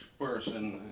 person